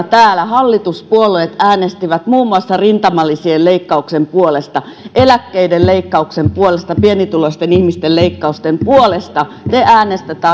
täällä hallituspuolueet äänestivät muun muassa rintamalisien leikkauksen puolesta eläkkeiden leikkauksen puolesta pienituloisten ihmisten leikkausten puolesta te äänestitte